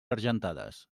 argentades